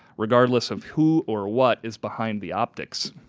regardless of who or what is behind the optics.